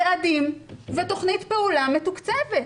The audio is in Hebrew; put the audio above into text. יעדים, ותכנית פעולה מתוקצבת,